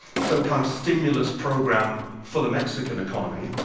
so a kind of stimulus programme for the mexican economy,